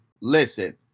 listen